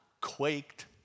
quaked